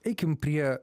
eikim prie